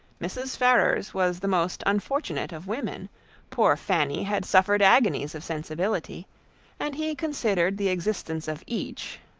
mrs. ferrars was the most unfortunate of women poor fanny had suffered agonies of sensibility and he considered the existence of each,